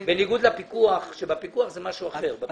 זה בניגוד לפיקוח כאשר הפיקוח הוא משהו אחר.